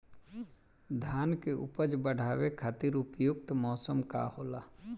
धान के उपज बढ़ावे खातिर उपयुक्त मौसम का होला?